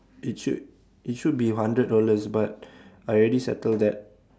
it should it should be hundred dollars but I already settle that